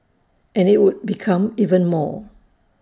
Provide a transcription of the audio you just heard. and IT would become even more